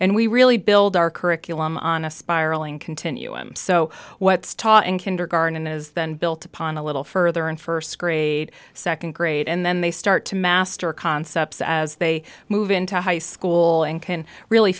and we really build our curriculum on a spiraling continuum so what's taught in kindergarten is then built upon a little further in first grade second grade and then they start to master concepts as they move into high school and can really